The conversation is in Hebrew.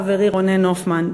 חברי רונן הופמן,